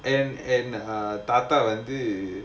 and and ah தாத்தா வந்து:thatha vandhu